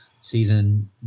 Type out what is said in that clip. season